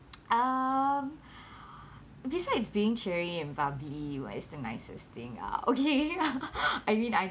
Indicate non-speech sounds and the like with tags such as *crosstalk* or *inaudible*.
*noise* um *breath* besides being cheery and bubbly what is the nicest thing ah okay *laughs* I mean I